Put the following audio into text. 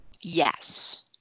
Yes